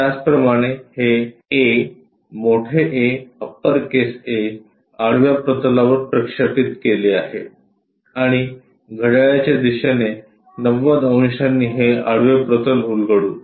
त्याचप्रमाणे हे A मोठे ए अप्परकेस ए आडव्या प्रतलावर प्रक्षेपित केले आहे आणि घड्याळाच्या दिशेने 90 अंशांनी हे आडवे प्रतल उलगडू